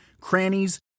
crannies